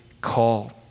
call